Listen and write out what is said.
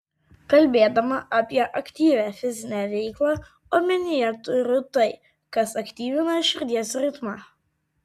kalbėdama apie aktyvią fizinę veiklą omenyje turiu tai kas aktyvina širdies ritmą